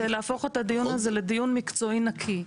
להפוך את הדיון הזה לדיון מקצועי נקי.